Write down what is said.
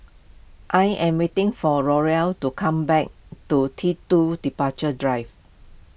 I am waiting for to come back two T two Departure Drive